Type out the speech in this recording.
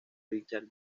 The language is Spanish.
richard